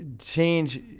change.